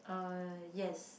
uh yes